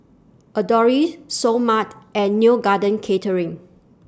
Adore Seoul Mart and Neo Garden Catering